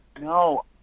No